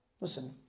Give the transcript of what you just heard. Listen